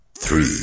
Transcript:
Three